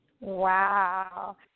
Wow